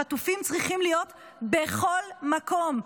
החטופים צריכים להיות בכל מקום,